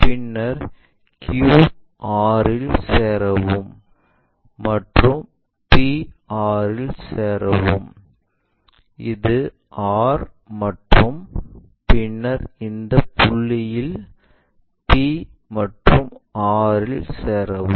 பின்னர் q r இல் சேரவும் மற்றும் p r இல் சேரவும் இது r மற்றும் பின்னர் இந்த புள்ளியில் p மற்றும் r இல் சேரவும்